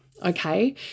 Okay